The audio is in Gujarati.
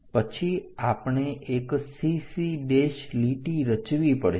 પછી આપણે એક CC' લીટી રચવી પડશે